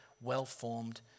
well-formed